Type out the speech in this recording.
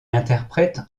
interprète